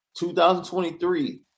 2023